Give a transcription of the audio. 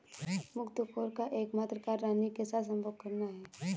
मुकत्कोर का एकमात्र कार्य रानी के साथ संभोग करना है